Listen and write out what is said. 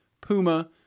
Puma